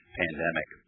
pandemic